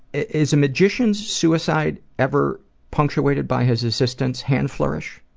is a magician's suicide ever punctuated by his assistant's hand flourish?